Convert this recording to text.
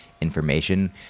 information